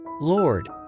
Lord